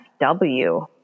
FW